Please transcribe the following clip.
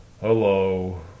hello